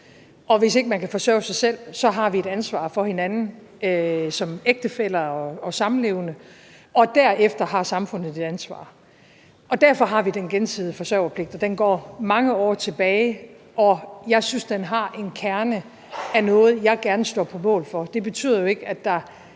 Og hvis ikke man kan forsørge sig selv, har vi et ansvar for hinanden som ægtefæller og samlevende. Og derefter har samfundet et ansvar. Derfor har vi den gensidige forsørgerpligt. Den går mange år tilbage, og jeg synes, den har en kerne af noget, jeg gerne står på mål for. Det betyder jo ikke, at der